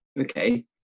okay